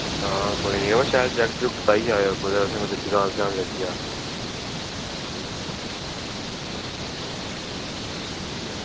आं कोई शैल जैकेट पाइयै आवेओ कोई ते ऐहें कुदै जुकाम लग्गी जा